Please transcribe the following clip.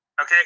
okay